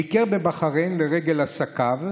ביקר בבחריין לרגע עסקיו.